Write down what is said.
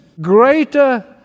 greater